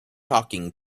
talking